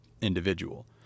individual